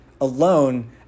alone